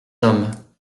hommes